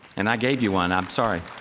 and i gave you one. i'm sorry.